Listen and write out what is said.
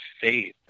faith